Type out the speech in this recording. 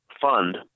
fund